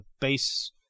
base